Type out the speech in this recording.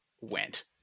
went